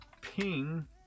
Ping